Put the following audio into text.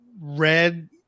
Red